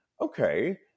Okay